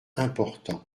important